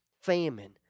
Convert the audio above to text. famine